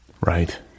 right